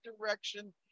direction